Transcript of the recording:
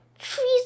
Trees